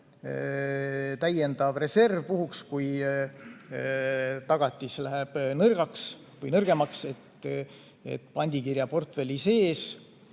täiendav reserv puhuks, kui tagatis läheb nõrgaks või nõrgemaks, arvestatakse pandikirjaportfelli sees